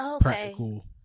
practical